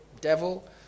devil